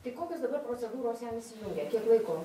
tai kokios dabar procedūros jam įsijungė kiek laiko